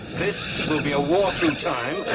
this will be war through time